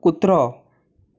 कुत्रो